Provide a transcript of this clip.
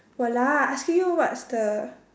!walao! I asking you what's the